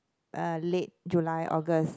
uh late July August